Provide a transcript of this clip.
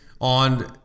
on